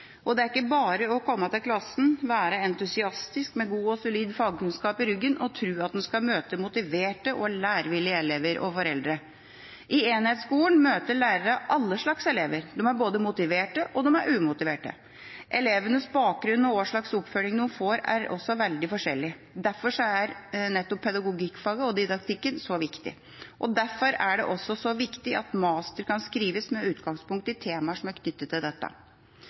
Det er ikke bare å komme til klassen, være entusiastisk med god og solid fagkunnskap i ryggen og tro at en skal møte motiverte og lærevillige elever og foreldre. I enhetsskolen møter lærerne alle slags elever, både motiverte og umotiverte. Elevenes bakgrunn og hva slags oppfølging de får, er også veldig forskjellig. Derfor er nettopp pedagogikkfaget og didaktikken så viktig. Derfor er det også så viktig at master kan skrives med utgangspunkt i temaer som er knyttet til dette.